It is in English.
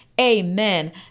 amen